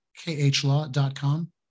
khlaw.com